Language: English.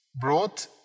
brought